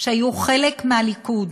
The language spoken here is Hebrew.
שהיו חלק מהליכוד.